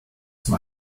zum